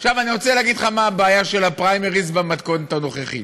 אני רוצה לומר לך מה הבעיה של הפריימריז במתכונת הנוכחית.